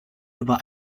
über